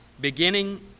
beginning